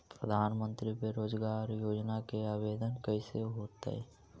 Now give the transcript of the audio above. प्रधानमंत्री बेरोजगार योजना के आवेदन कैसे होतै?